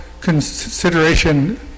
consideration